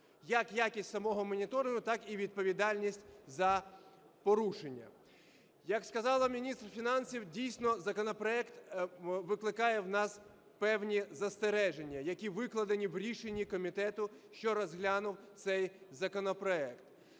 як якість самого моніторингу, так і відповідальність за порушення. Як сказала міністр фінансів, дійсно, законопроект викликає у нас певні застереження, які викладені в рішенні комітету, що розглянув цей законопроект.